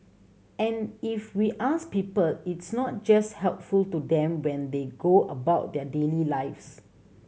and if we ask people it's not just helpful to them when they go about their daily lives